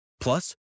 Plus